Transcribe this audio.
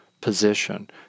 position